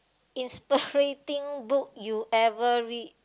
inspiriting book you ever read